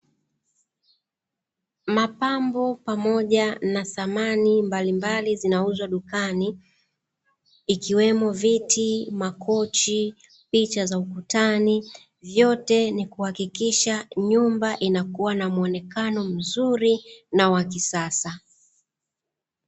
Mapambo pamoja na samani mbalimbali zinauzwa dukani ikiwemo viti, makochi, picha za ukutani. Vyote ni kuhakikisha nyumba inakua na muonekano mzuri na wa kisasa.